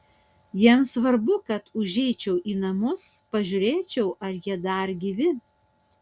jiems svarbu kad užeičiau į namus pažiūrėčiau ar jie dar gyvi